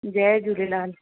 Jay Jhulelal